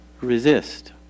resist